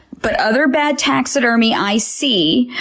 but other bad taxidermy i see,